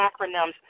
acronyms